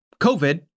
COVID